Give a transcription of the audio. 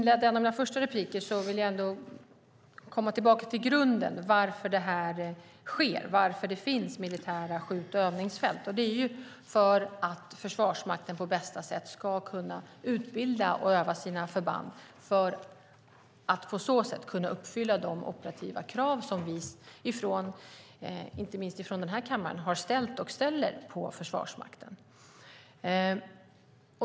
Fru talman! Jag vill gå tillbaka till grunden, till varför det finns militära skjutövningsfält. Det är för att Försvarsmakten på bästa sätt ska kunna utbilda och öva sina förband och på så sätt uppfylla de operativa krav som vi, inte minst från denna kammare, har ställt och ställer på Försvarsmakten.